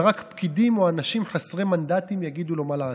ורק פקידים או אנשים חסרי מנדטים יגידו לו מה לעשות,